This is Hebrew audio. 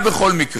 היה בכל מקרה.